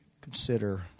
consider